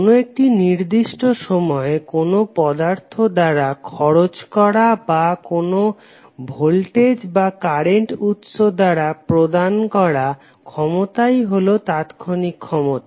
কোনো একটি নির্দিষ্ট সময়ে কোনো পদার্থ দ্বারা খরচ করা বা কোনো ভোল্টেজ বা কারেন্ট উৎস দ্বারা প্রদান করা ক্ষমতাই হলো তাৎক্ষণিক ক্ষমতা